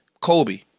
Kobe